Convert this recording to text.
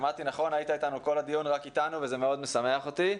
ראיתי שהיית איתנו כל הדיון וזה מאוד משמח אותי.